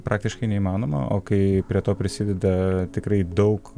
praktiškai neįmanoma o kai prie to prisideda tikrai daug